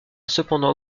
cependant